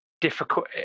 difficult